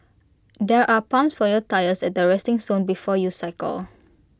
there are pumps for your tyres at the resting zone before you cycle